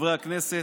חברי הכנסת,